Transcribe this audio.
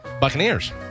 Buccaneers